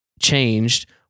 changed